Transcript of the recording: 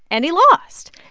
and he lost.